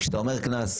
כשאתה אומר "קנס",